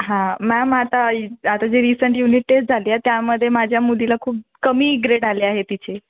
हां मॅम आता आता जी रिसेंट युनिट टेस्ट झाली आहे त्यामध्ये माझ्या मुलीला खूप कमी ग्रेड आले आहे तिचे